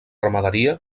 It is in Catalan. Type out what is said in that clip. ramaderia